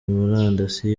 murandasi